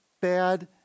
bad